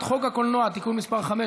63 תומכים.